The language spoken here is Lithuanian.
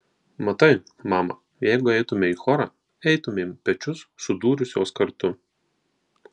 matai mama jeigu eitumei į chorą eitumėm pečius sudūrusios kartu